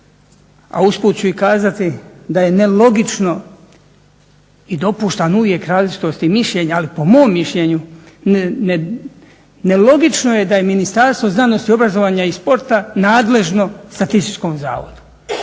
a usput ću i kazati da je nelogično i dopuštam uvijek različitosti mišljenja. Ali po mom mišljenju nelogično je da je Ministarstvo znanosti, obrazovanja i sporta nadležno Statističkom zavodu.